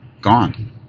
gone